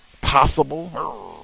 possible